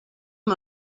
amb